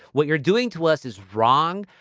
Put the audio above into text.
what you're doing to us is wrong.